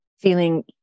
feeling